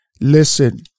Listen